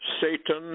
Satan